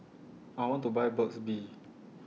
I want to Buy Burt's Bee